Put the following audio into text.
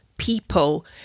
people